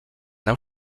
nau